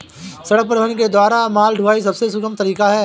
सड़क परिवहन के द्वारा माल ढुलाई सबसे सुगम तरीका है